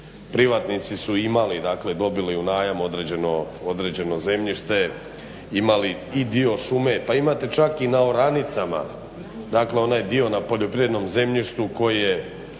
privatnici su imali dakle dobili u najam određeno zemljište, imali i dio šume. Pa imate čak i na oranicama, dakle onaj dio na poljoprivrednom zemljištu koji je